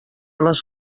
les